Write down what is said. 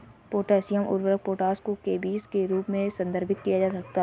potassium उर्वरक potash को केबीस के रूप में संदर्भित किया जाता है